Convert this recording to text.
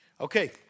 Okay